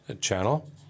channel